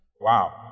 Wow